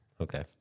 okay